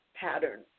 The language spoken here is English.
pattern